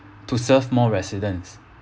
to serve more residents